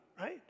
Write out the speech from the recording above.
right